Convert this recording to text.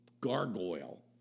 gargoyle